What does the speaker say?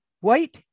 White